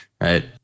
right